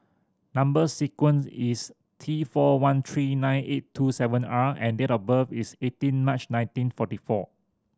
number sequence is T four one three nine eight two seven R and date of birth is eighteen March nineteen forty four